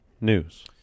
news